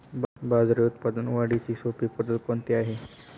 बाजरी उत्पादन वाढीची सोपी पद्धत कोणती आहे?